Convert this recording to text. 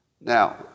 Now